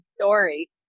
story